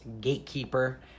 gatekeeper